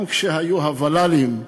גם כשהיו הוול"לים,